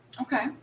Okay